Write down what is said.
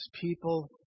people